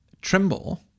Trimble